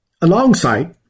Alongside